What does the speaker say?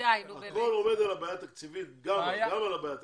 הכול עומד גם על הבעיה התקציבית.